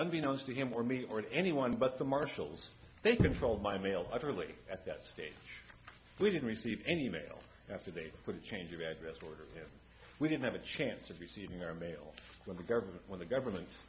unbeknown to him or me or anyone but the marshals they controlled my mail utterly at that stage we didn't receive any mail after they'd put a change of address or we didn't have a chance of receiving their mail from the government when the government